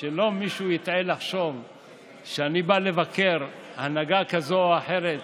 מישהו לחשוב שאני בא לבקר הנהגה כזאת או אחרת.